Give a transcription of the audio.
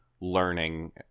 learning